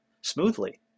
smoothly